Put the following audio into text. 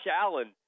Allen